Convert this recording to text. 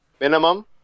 Minimum